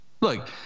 look